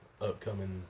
upcoming